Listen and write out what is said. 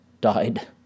died